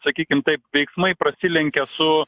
sakykim taip veiksmai prasilenkia su